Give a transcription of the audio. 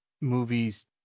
movies